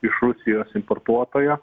iš rusijos importuotojo